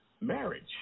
marriage